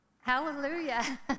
Hallelujah